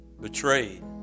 betrayed